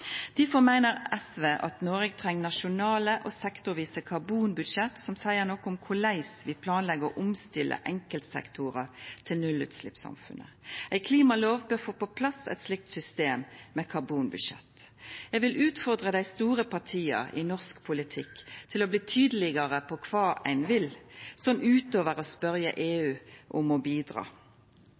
Difor meiner SV at Noreg treng nasjonale og sektorvise karbonbudsjett som seier noko om korleis vi planlegg å omstilla enkeltsektorar til nullutsleppssamfunnet. Ei klimalov bør få på plass eit slikt system med karbonbudsjett. Eg vil utfordra dei store partia i norsk politikk til å bli tydelegare på kva ein vil, utover å spørja EU om å bidra.